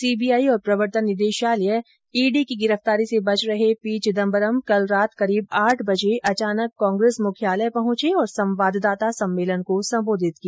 CBI और प्रवर्तन निदेशालय ईडी की गिरफ्तारी से बच रहे पी चिदम्बरम कल रात करीब आठ बजे अचानक कांग्रेस मुख्यालय पहुंचे और संवाददाता सम्मेलन को सम्बोधित किया